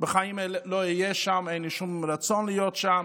בחיים לא אהיה שם, אין לי שום רצון להיות שם,